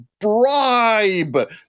bribe